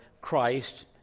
Christ